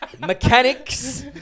Mechanics